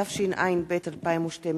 התשע”ב 2012,